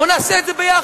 בואו נעשה את זה ביחד.